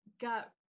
got